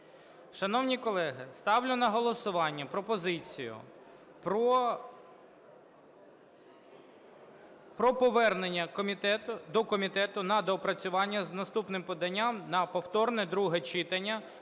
Шановні колеги, ставлю на голосування пропозицію про повернення до комітету на доопрацювання з наступним поданням на повторне друге читання